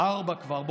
ארבעה כבר.